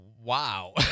Wow